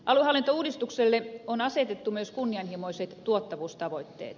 aluehallintouudistukselle on asetettu myös kunnianhimoiset tuottavuustavoitteet